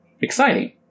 exciting